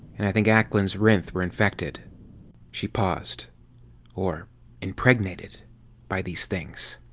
and i think ackland's rhynth were infected she paused or impregnated by these things.